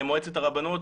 למועצת הרבנות,